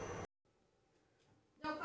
baler हाई शेतीन एक यंत्र शे